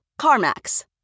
CarMax